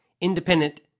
independent